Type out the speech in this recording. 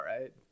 right